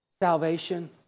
salvation